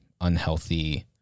unhealthy